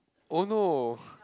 oh no